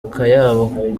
akayabo